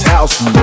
house